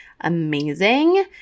amazing